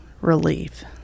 relief